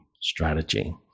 strategy